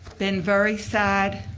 then very side.